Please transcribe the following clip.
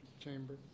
chamber